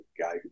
guy